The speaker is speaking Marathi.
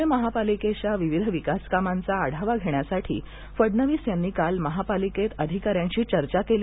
पूणे महापालिकेच्या विविध विकास कामांचा आढावा घेण्यासाठी फडणवीस यांनी काल महापालिकेत अधिकार्यांशी चर्चा केली